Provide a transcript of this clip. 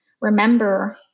remember